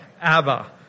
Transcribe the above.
Abba